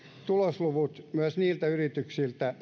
tulosluvut myös niiltä yrityksiltä